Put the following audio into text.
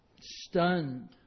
stunned